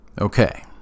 Okay